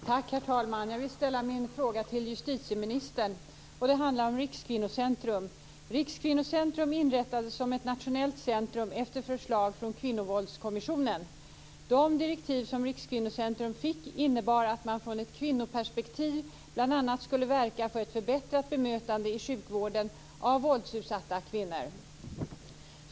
Herr talman! Jag vill ställa min fråga till justitieministern, och den handlar om Rikskvinnocentrum. Rikskvinnocentrum inrättades som ett nationellt centrum efter förslag från Kvinnovåldskommissionen. De direktiv som Rikskvinnocentrum fick innebar att man från ett kvinnoperspektiv bl.a. skulle verka för ett förbättrat bemötande i sjukvården av våldsutsatta kvinnor.